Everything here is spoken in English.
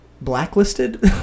Blacklisted